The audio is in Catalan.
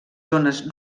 zones